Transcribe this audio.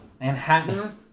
Manhattan